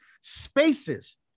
spaces